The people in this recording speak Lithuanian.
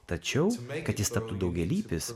tačiau kad jis taptų daugialypis